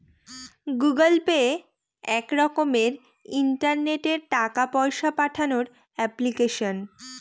Google Pay এক রকমের ইন্টারনেটে টাকা পয়সা পাঠানোর এপ্লিকেশন